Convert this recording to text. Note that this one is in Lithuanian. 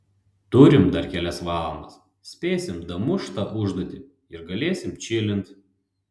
turim dar kelias valandas spėsim damušt tą užduotį ir galėsim čilint